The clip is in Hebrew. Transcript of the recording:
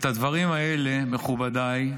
את הדברים האלה, מכובדיי,